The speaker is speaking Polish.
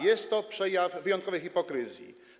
Jest to przejaw wyjątkowej hipokryzji.